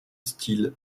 style